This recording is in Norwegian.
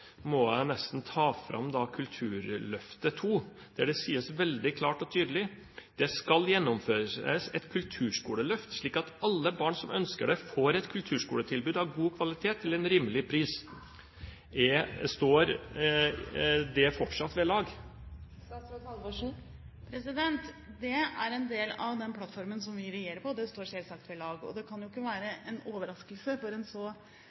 må jeg nesten ta fram Kulturløftet II, der det sies veldig klart og tydelig: «Det skal gjennomføres et kulturskoleløft slik at alle barn som ønsker det får et kulturskoletilbud av god kvalitet til en rimelig pris.» Står det fortsatt ved lag? Det er en del av den plattformen vi regjerer på, og det står selvsagt ved lag. Det kan jo ikke være en overraskelse for en så